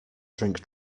drink